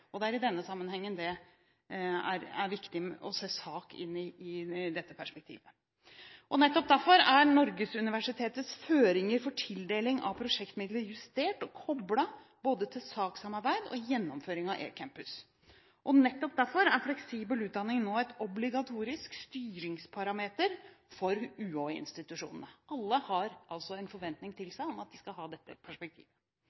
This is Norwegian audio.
Det er i denne sammenheng viktig å se SAK i dette perspektivet. Nettopp derfor er Norgesuniversitetets føringer for tildeling av prosjektmidler justert og koblet både til SAK-samarbeid og til gjennomføring av eCampus. Nettopp derfor er fleksibel utdanning nå en obligatorisk styringsparameter for UH-institusjonene. Det er altså en forventning til